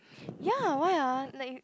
ya why ah like